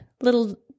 little